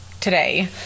today